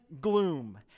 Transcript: gloom